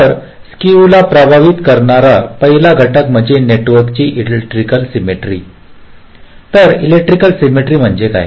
तर स्केव ला प्रभावित करणारा पहिला घटक म्हणजे नेटवर्क ची इलेक्ट्रिकल सिममेटरी तर इलेक्ट्रिकल सिममेटरी म्हणजे काय